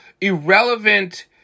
irrelevant